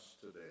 today